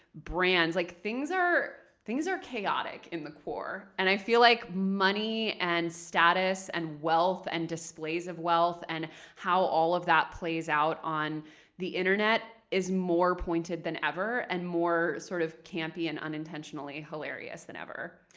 brands. like things are things are chaotic in the quar. and i feel like money and status and wealth and displays of wealth and how all of that plays out on the internet is more pointed than ever and more sort of campy and unintentionally hilarious than ever.